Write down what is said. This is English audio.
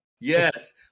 yes